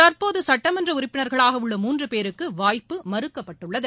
தற்போது சுட்டமன்ற உறுப்பினா்களாக உள்ள மூன்று பேருக்கு வாய்ப்பு மறுக்கப்பட்டுள்ளது